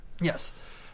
Yes